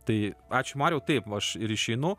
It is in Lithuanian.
tai ačiū mariau taip aš ir išeinu